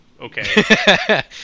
Okay